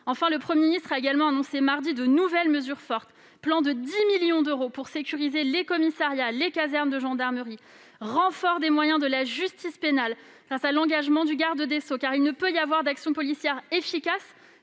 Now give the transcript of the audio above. Enfin, le Premier ministre a également annoncé, mardi dernier, de nouvelles mesures fortes, qu'il s'agisse du plan de 10 millions d'euros pour sécuriser les commissariats et les casernes de gendarmerie, ou du renfort des moyens de la justice pénale grâce à l'engagement du garde des sceaux. En effet, il ne peut y avoir d'action policière efficace